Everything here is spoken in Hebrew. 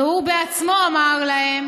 והוא בעצמו אמר להם,